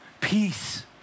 peace